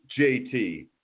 JT